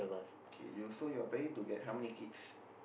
okay you so you're planning to get how many kids